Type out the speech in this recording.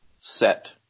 set